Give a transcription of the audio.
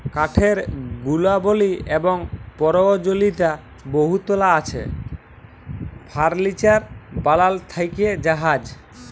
কাঠের গুলাবলি এবং পরয়োজলীয়তা বহুতলা আছে ফারলিচার বালাল থ্যাকে জাহাজ